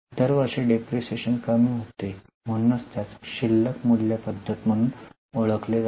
दर वर्षी डिप्रीशीएशन कमी होते म्हणूनच ती 'शिल्लक मूल्य पद्धत' म्हणून ओळखली जाते